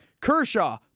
Kershaw